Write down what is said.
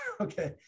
Okay